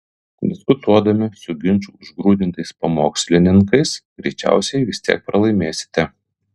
diskutuodami su ginčų užgrūdintais pamokslininkais greičiausiai vis tiek pralaimėsite